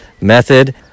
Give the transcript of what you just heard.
method